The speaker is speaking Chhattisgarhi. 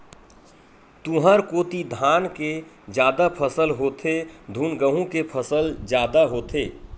तुँहर कोती धान के जादा फसल होथे धुन गहूँ के फसल जादा होथे?